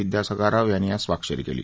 विदयासागर राव यांनी आज स्वाक्षरी केली